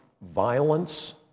violence